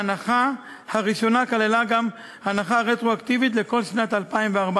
ההנחה הראשונה כללה גם הנחה רטרואקטיבית לכל שנת 2014,